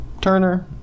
Turner